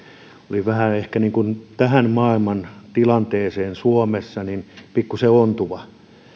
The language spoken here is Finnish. oli ehkä tähän maailmantilanteeseen suomessa pikkusen ontuva